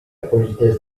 politesse